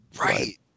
Right